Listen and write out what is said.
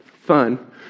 fun